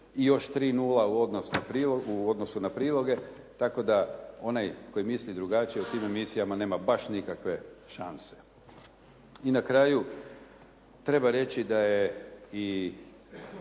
i još 3:0 u odnosu na priloge, tako da onaj koji misli drugačije u tim emisijama nema baš nikakve šanse. I na kraju, treba reći da je i